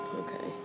okay